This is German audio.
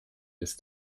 ist